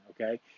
okay